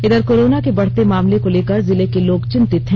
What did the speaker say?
इधर कोरोना के बढ़ते मामले को लेकर जिले के लोग चिंतित हैं